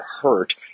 hurt